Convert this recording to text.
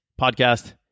podcast